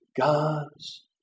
God's